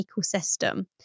ecosystem